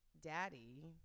Daddy